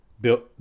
built